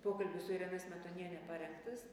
pokalbis su irena smetonienė parengtas